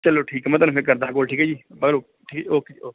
ਚਲੋ ਠੀਕ ਆ ਮੈਂ ਤੁਹਾਨੂੰ ਫਿਰ ਕਰਦਾ ਕੋਲ ਠੀਕ ਹੈ ਜੀ ਬਾਹਰੋਂ ਠੀ ਓਕੇ ਜੀ ਓਕੇ